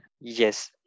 Yes